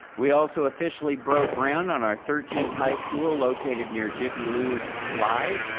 we also officially broke ground on our thirteenth high school located near jiffy lube live.